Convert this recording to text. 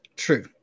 true